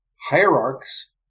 hierarchs